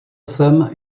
jsem